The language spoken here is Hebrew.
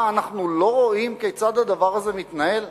מה, אנחנו לא רואים כיצד הדבר הזה מתנהל?